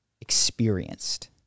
experienced